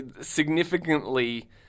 Significantly